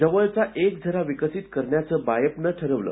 जवळचा एक झरा विकसित करायचं बायफ नं ठरवलं